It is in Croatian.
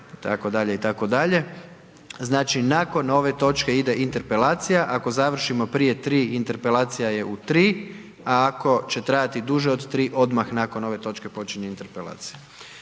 komisije… itd., itd. Znači, nakon ove točke ide Interpelacija, ako završimo prije 3, Interpelacija je u 3, a ako će trajati duže od 3, odmah nakon ove točke počinje Interpelacija.